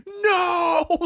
no